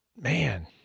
man